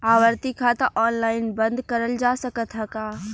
आवर्ती खाता ऑनलाइन बन्द करल जा सकत ह का?